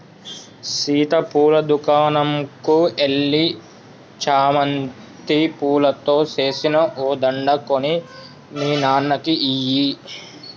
సీత పూల దుకనంకు ఎల్లి చామంతి పూలతో సేసిన ఓ దండ కొని మీ నాన్నకి ఇయ్యి